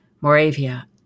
Moravia